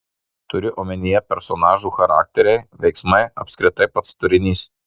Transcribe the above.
turiu omenyje personažų charakteriai veiksmai apskritai pats turinys